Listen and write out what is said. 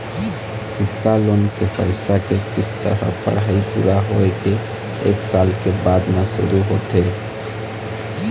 सिक्छा लोन के पइसा के किस्त ह पढ़ाई पूरा होए के एक साल के बाद म शुरू होथे